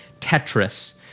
Tetris